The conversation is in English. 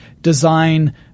design